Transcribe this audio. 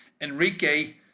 Enrique